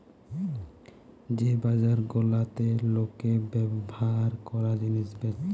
যে বাজার গুলাতে লোকে ব্যভার কোরা জিনিস বেচছে